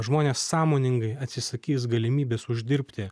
žmonės sąmoningai atsisakys galimybės uždirbti